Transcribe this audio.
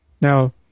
Now